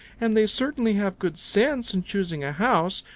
and they certainly have good sense in choosing a house,